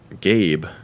gabe